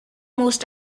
most